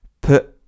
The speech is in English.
Put